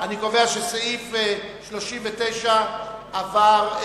אני קובע שסעיפים 35 ו-36 נתקבלו